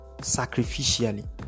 sacrificially